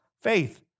faith